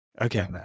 Okay